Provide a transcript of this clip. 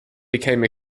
became